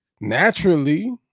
naturally